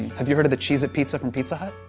have you heard of the cheez-it pizza from pizza hut?